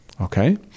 okay